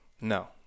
no